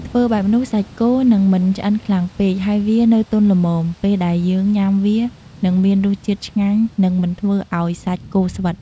ធ្វើបែបនោះសាច់គោយើងនឹងមិនឆ្អិនខ្លាំងពេក ហើយវានៅទន់ល្មមពេលដែលយើងញ៉ាំវានឹងមានរសជាតិឆ្ងាញ់និងមិនធ្វើអោយសាច់គោស្វិត។